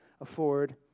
afford